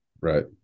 right